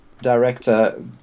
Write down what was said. director